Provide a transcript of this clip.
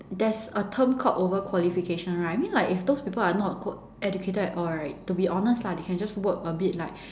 there's a term called over qualification right I mean like if those people are not go~ educated at all right to be honest lah they can work a bit like